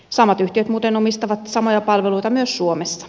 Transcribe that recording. samat yhtiöt muuten omistavat samoja palveluita myös suomessa